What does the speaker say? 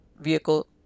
vehicle